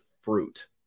fruit